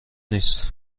نیست